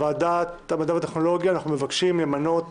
בוועדת המדע והטכנולוגיה אנחנו מבקשים להמליץ למנות